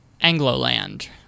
Angloland